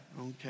okay